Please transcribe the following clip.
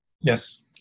Yes